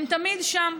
הם תמיד שם.